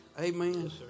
Amen